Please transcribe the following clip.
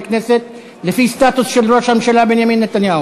כנסת לפי סטטוס של ראש הממשלה בנימין נתניהו: